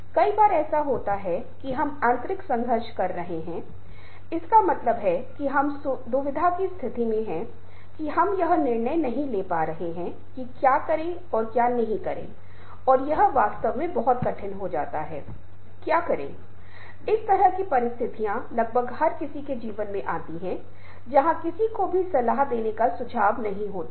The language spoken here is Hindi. क्योंकि आप देखते हैं कि पहले के पाठ आपको संघर्ष के समाधान को और अधिक महत्वपूर्ण तरीके से समझने में मदद करते हैं और उस भावनात्मक बुद्धिमत्ता को जोड़ते हैं और आप चीजों को फिर से अधिक महत्वपूर्ण तरीके से समझने में सक्षम होते हैं